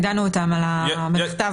יש בעיה כנראה, אולי גם המודעות.